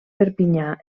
perpinyà